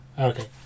Okay